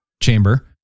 chamber